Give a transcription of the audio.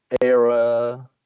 era